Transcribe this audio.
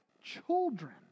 children